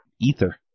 ether